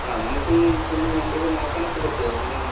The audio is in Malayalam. ആ നമുക്ക് ചെന്ന് വണ്ടിയൊക്കെ നോക്കാനൊക്കെ പറ്റുമൊ അങ്ങനെ